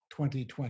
2020